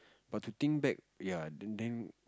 but to think back ya then then